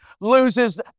Loses